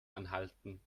anhalten